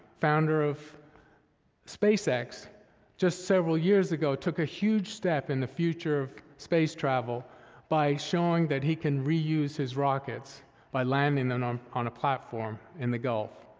founder of spacex, just several years ago took a huge step in the future of space travel by showing that he can reuse his rockets by landing them on um on a platform in the gulf.